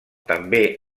també